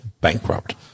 bankrupt